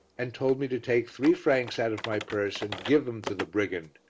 and told me to take three francs out of my purse and give them to the brigand,